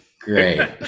great